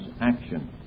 action